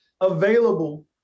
available